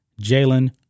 Jalen